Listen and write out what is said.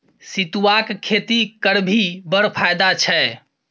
सितुआक खेती करभी बड़ फायदा छै